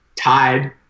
Tied